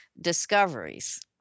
discoveries